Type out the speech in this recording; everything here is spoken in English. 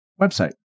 website